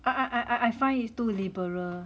I I I find it too liberal